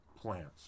plants